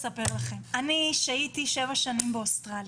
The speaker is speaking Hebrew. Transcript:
שהיתי 7 שנים באוסטרליה,